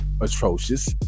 atrocious